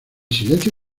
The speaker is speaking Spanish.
silencio